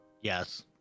yes